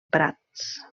prats